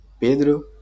Pedro